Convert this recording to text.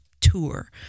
tour